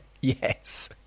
Yes